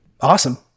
Awesome